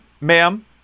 ma'am